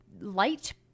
light